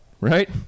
right